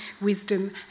wisdom